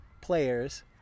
players